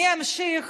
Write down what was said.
אני אמשיך